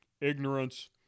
ignorance